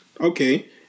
okay